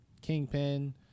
Kingpin